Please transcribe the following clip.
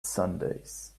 sundays